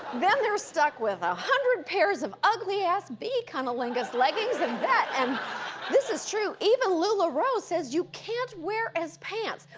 then they're stuck with one ah hundred pairs of ugly ass bee cunnilingus leggings um that and this is true even lularoe says you can't wear as pants.